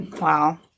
wow